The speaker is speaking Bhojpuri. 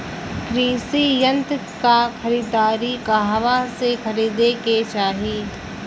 कृषि यंत्र क खरीदारी कहवा से खरीदे के चाही?